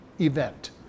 event